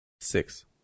six